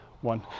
one